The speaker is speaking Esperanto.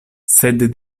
sed